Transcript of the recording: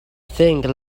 thing